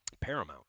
paramount